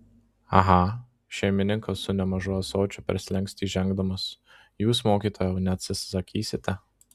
aha šeimininkas su nemažu ąsočiu per slenkstį žengdamas jūs mokytojau neatsisakysite